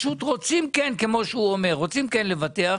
רוצות לבטח,